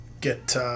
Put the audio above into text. get